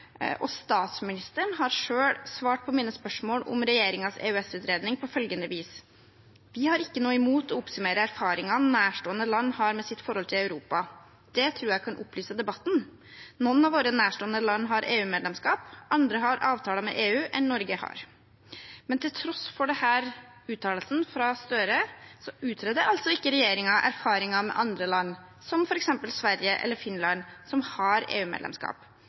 og statsministeren har selv svart på mine spørsmål om regjeringens EØS-utredning på følgende vis: Vi har ikke noe imot å oppsummere erfaringene nærstående land har med sitt forhold til Europa. Det tror jeg kan opplyse debatten. Noen av våre nærstående land har EU-medlemskap, andre har andre avtaler med EU enn Norge har. – Men til tross for denne uttalelsen fra Støre utreder altså ikke regjeringen erfaringene med andre land, som f.eks. Sverige eller Finland, som har